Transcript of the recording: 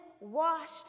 washed